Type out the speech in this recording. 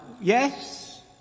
Yes